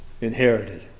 inherited